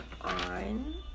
on